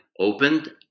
opened